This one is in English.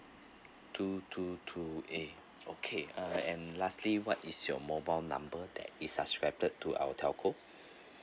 two two two A okay uh and lastly what is your mobile number that is suscribed to our telco